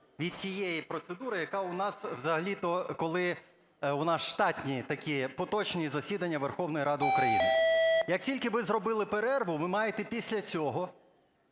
від тієї процедури, яка у нас взагалі-то, коли у нас штатні такі поточні засідання Верховної Ради України. Як тільки ви зробили перерву, ви маєте після цього